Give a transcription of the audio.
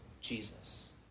Jesus